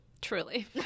truly